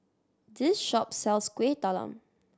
this shop sells Kueh Talam